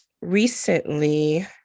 recently